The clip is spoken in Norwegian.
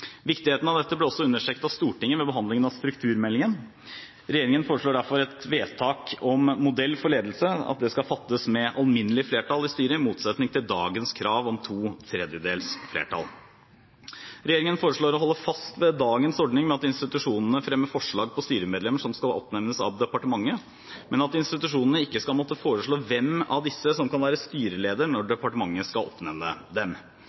Viktigheten av dette ble også understreket av Stortinget ved behandlingen av strukturmeldingen. Regjeringen foreslår derfor at et vedtak om modell for ledelse skal fattes med alminnelig flertall i styret, i motsetning til dagens krav om to tredjedels flertall. Regjeringen foreslår å holde fast ved dagens ordning med at institusjonene fremmer forslag om styremedlemmer som skal oppnevnes av departementet, men at institusjonene ikke skal måtte foreslå hvem av disse som kan være styreleder når departementet skal oppnevne